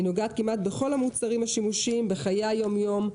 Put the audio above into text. היא נוגעת כמעט בכל המוצרים השימושיים בחיי היומיום,